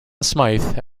smythe